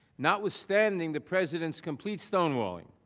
notwithstanding, the president's complete stonewalling.